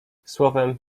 słowem